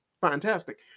fantastic